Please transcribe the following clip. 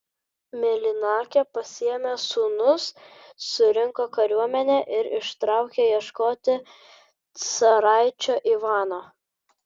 mėlynakė pasiėmė sūnus surinko kariuomenę ir ištraukė ieškoti caraičio ivano